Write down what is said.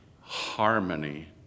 Harmony